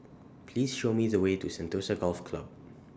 Please Show Me The Way to Sentosa Golf Club